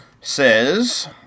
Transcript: says